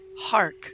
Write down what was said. Hark